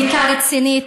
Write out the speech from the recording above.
בדיקה רצינית,